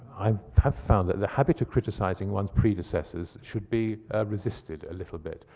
i have found that the habit of criticizing one's predecessors should be resisted a little bit.